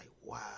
wow